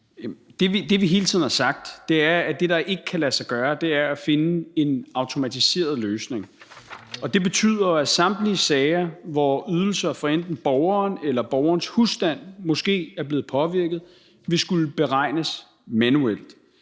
som vi hele tiden har sagt ikke kan lade sig gøre, er at finde en automatiseret løsning, og det betyder jo, at samtlige sager, hvor ydelser for enten borgeren eller borgerens husstand måske er blevet påvirket, vil skulle beregnes manuelt.